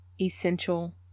essential